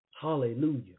Hallelujah